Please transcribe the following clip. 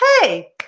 hey